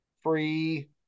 free